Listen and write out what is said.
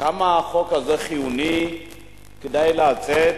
כמה החוק הזה חיוני כדי להוציא